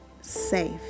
safe